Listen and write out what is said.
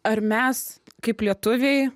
ar mes kaip lietuviai